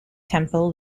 temple